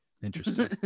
Interesting